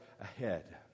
ahead